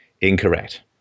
incorrect